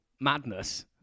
madness